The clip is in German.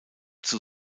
zur